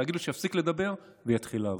להגיד לו שיפסיק לדבר ויתחיל לעבוד.